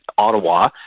Ottawa